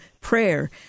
prayer